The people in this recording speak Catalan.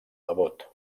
devot